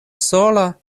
sola